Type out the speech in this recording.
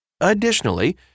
Additionally